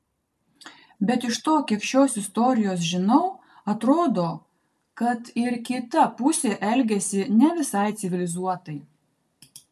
bet iš to kiek šios istorijos žinau atrodo kad ir kita pusė elgėsi ne visai civilizuotai